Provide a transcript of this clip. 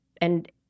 And-